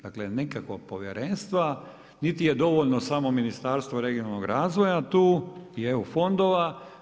Dakle, nikakva povjerenstva, niti je dovoljno samo Ministarstvo regionalnog razvoja tu i EU fondova.